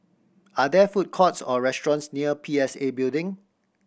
are there food courts or restaurants near P S A Building